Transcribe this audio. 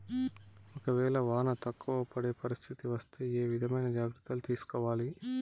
ఒక వేళ వాన తక్కువ పడే పరిస్థితి వస్తే ఏ విధమైన జాగ్రత్తలు తీసుకోవాలి?